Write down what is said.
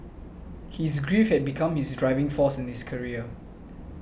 his grief had become his driving force in his career